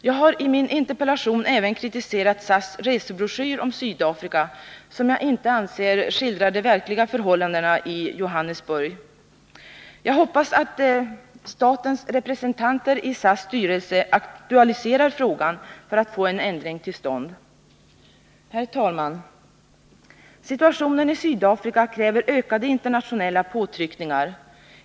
Jag har i min interpellation även kritiserat SAS resebroschyrer om Sydafrika, som jag anser inte skildrar de verkliga förhållandena i Johannesburg. Jag hoppas att statens representanter i SAS styrelse aktualiserar frågan för att få en ändring till stånd. Herr talman! Situationen i Sydafrika kräver ökade internationella påtryckningar.